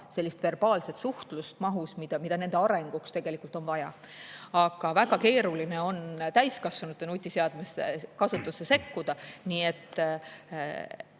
ei saa verbaalset suhtlust mahus, mida nende arenguks on vaja. Aga väga keeruline on täiskasvanute nutiseadme kasutusse sekkuda. Mina